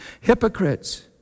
hypocrites